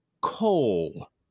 coal